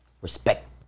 respect